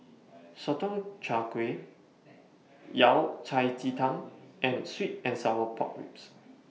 Sotong Char Kway Yao Cai Ji Tang and Sweet and Sour Pork Ribs